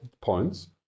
points